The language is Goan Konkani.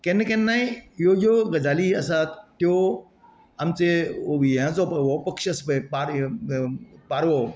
केन्ना केन्नाय ह्यो ज्यो गजाली आसात त्यो आमचे हे हो जो पय आमचो पक्षी आसा परय पारयो पारवो